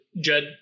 Judd